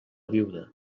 viuda